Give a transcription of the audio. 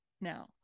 now